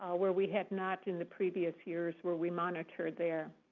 where we had not in the previous years where we monitored there.